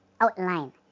outline